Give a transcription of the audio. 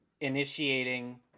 initiating